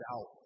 out